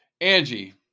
Angie